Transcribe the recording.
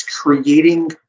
creating